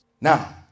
Now